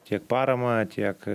tiek paramą tiek